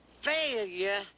failure